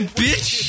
bitch